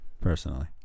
personally